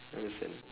understand